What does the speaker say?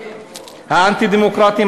האנטי-דמוקרטיים,